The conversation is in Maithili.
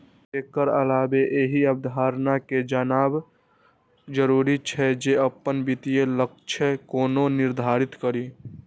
एकर अलावे एहि अवधारणा कें जानब जरूरी छै, जे अपन वित्तीय लक्ष्य कोना निर्धारित करी